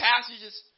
passages